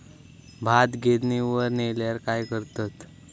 भात गिर्निवर नेल्यार काय करतत?